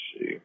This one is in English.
See